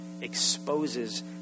exposes